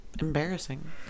embarrassing